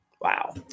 Wow